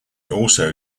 also